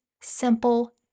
simple